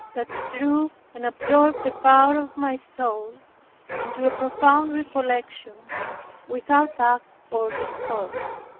that it drew and absorbed the power of my soul into a profound recollection without act or discourse.